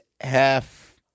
half